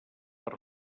per